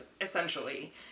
essentially